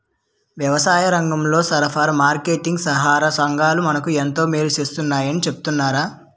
వ్యవసాయరంగంలో సరఫరా, మార్కెటీంగ్ సహాకార సంఘాలు మనకు ఎంతో మేలు సేస్తాయని చెప్తన్నారు